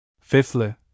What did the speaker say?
Fifthly